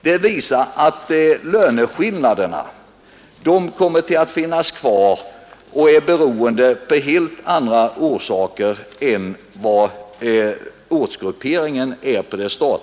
Detta visar att löneskillnaderna kommer att finnas kvar och att de är beroende av helt andra saker än ortsgrupperingen.